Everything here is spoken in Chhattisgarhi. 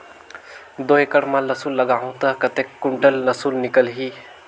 दो एकड़ मां लसुन लगाहूं ता कतेक कुंटल लसुन निकल ही?